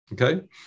Okay